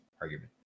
argument